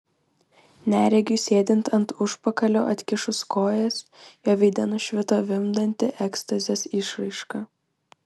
neregiui sėdint ant užpakalio atkišus kojas jo veide nušvito vimdanti ekstazės išraiška